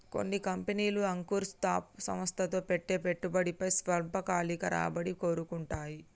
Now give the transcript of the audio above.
కొన్ని కంపెనీలు అంకుర సంస్థల్లో పెట్టే పెట్టుబడిపై స్వల్పకాలిక రాబడిని కోరుకుంటాయి